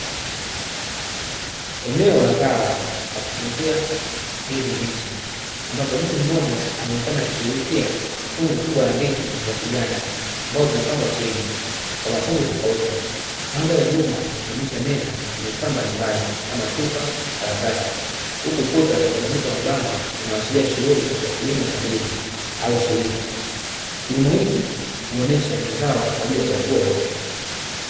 Eneo la ghala la kutunzia ndizi mbichi, ambapo mtu mmoja anaonekana akishughulikia fungu kubwa la ndizi za kijani ambazo zimepangwa chini kwa mafungu tofauti, mandhari ya nyuma inaonyesha meza yenye vifaa mbalimbali kama chupa na karatasi, huku ukuta umebandikwa mabango yanayoashiria shughuli ya kilimo cha ndizi au shirika, kilimo hiki huonyesha ni zao kwa ajili ya chakula.